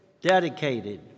dedicated